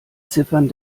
ziffern